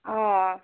অঁ